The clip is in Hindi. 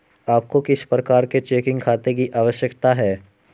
आपको किस प्रकार के चेकिंग खाते की आवश्यकता है?